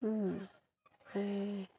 ए